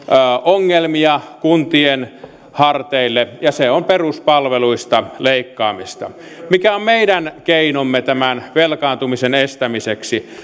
ongelmia kuntien harteille ja se on peruspalveluista leikkaamista mikä on meidän keinomme velkaantumisen estämiseksi